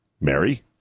Mary